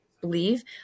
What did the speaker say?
believe